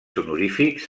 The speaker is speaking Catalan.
honorífics